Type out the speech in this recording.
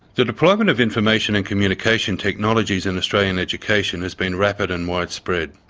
the deployment of information and communication technologies in australian education has been rapid and widespread.